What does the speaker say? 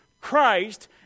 Christ